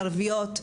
ערביות,